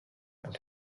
and